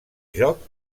joc